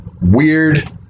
Weird